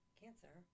cancer